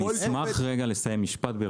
אני אשמח לסיים את המשפט.